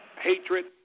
hatred